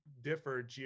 differ